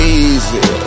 easy